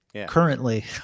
currently